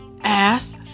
ass